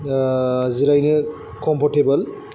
जिरायनो कम्फरटेबोल